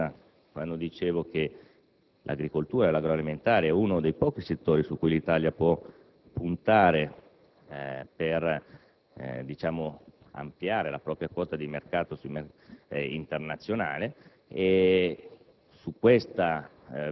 Torno, quindi, alla mia premessa ribadendo che l'agricoltura agroalimentare è uno dei pochi settori su cui l'Italia può puntare per ampliare la propria quota di mercato internazionale.